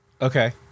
Okay